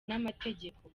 n’amategeko